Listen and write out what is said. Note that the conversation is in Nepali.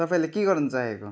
तपाईँले के गर्नु चाहेको